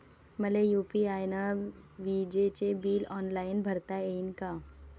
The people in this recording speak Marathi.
मले यू.पी.आय न विजेचे बिल ऑनलाईन भरता येईन का?